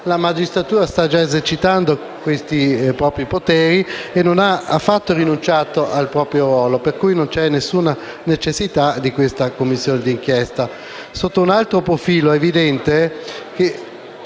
la magistratura sta esercitando i propri poteri e non ha affatto rinunciato al proprio ruolo. Pertanto, non c'è alcuna necessità di questa Commissione d'inchiesta. Sotto altro profilo è evidente che